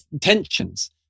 tensions